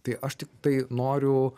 tai aš tiktai noriu